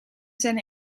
zijn